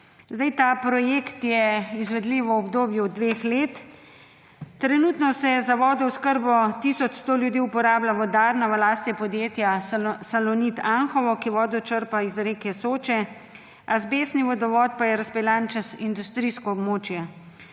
2023. Ta projekt je izvedljiv v obdobju dveh let. Trenutno se za vodooskrbo tisoč 100 ljudi uporablja vodarna v lasti podjetja Salonit Anhovo, ki vodo črpa iz reke Soče, azbestni vodovod pa je razpeljan čez industrijsko območje.